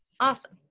Awesome